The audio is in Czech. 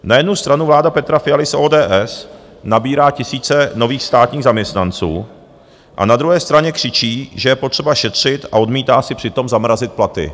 Na jednu stranu vláda Petra Fialy z ODS nabírá tisíce nových státních zaměstnanců a na druhé straně křičí, že je potřeba šetřit a odmítá si přitom zamrazit platy.